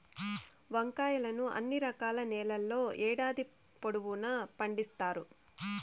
వంకాయలను అన్ని రకాల నేలల్లో ఏడాది పొడవునా పండిత్తారు